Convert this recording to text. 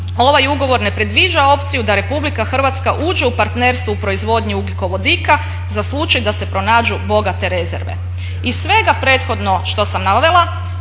ovaj ugovor ne predviđa opciju da Republika Hrvatska uđe u partnerstvo u proizvodnji ugljikovodika za slučaj da se pronađu bogate rezerve. Iz svega prethodno što sam navela